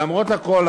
5. למרות הכול,